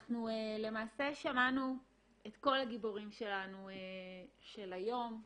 אנחנו למעשה שמענו את כל הגיבורים שלנו של היום,